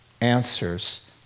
Answers